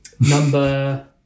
Number